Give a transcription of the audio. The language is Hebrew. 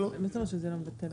מה זאת אומרת שזה לא מבטל עבירות?